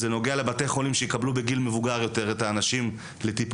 זה נוגע לבתי החולים שיקבלו בגיל מבוגר יותר את האנשים לטיפולים,